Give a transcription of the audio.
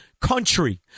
country